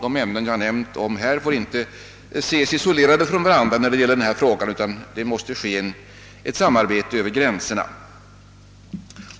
De ämnen som jag har nämnt får inte ses isolerade från varandra utan det måste bli ett samarbete över gränserna.